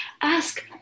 ask